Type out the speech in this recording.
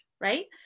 right